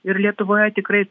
ir lietuvoje tikrai